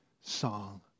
song